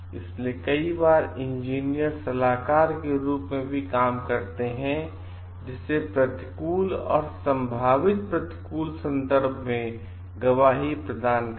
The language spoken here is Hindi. इसलिए कई बार इंजीनियर सलाहकार के रूप में भी काम करते हैं जिससे प्रतिकूल और संभावित प्रतिकूल संदर्भ में गवाही प्रदान करें